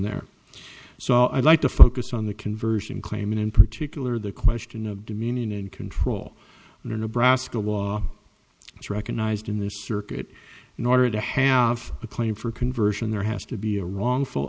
there so i'd like to focus on the conversion claim and in particular the question of dominion and control or nebraska law that's recognized in this circuit in order to have a claim for conversion there has to be a wrongful